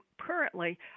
currently